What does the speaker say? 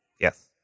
Yes